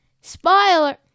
Spoiler